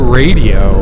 radio